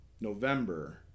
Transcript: November